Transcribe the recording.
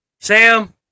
Sam